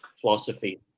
philosophy